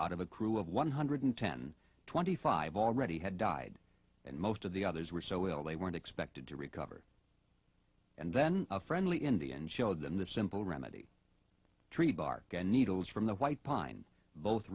out of a crew of one hundred ten twenty five already had died and most of the others were so ill they weren't expected to recover and then a friendly indian showed them the simple remedy tree bark and needles from the white pine both